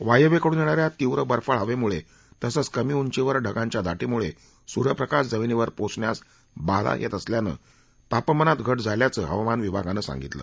वायव्येकडून येणाऱ्या तीव्र बर्फाळ हवेमुळे तसंच कमी उंचीवर ढगांच्या दाटीमुळे सूर्यप्रकाश जमीनीवर पोचण्यास बाधा येत असल्यानं तापमानात घट झाली असल्याचं हवामान विभागानं सांगितलं